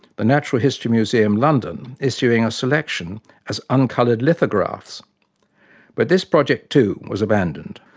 the natural history museum, london, issuing a selection as uncoloured lithographs but this project, too, was abandoned.